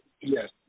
yes